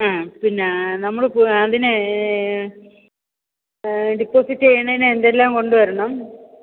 പിന്നാ നമ്മള് അതിന് ഡെപ്പോസിറ്റ് ചെയ്യുന്നതിന് എന്തെല്ലാം കൊണ്ട് വരണം